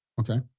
Okay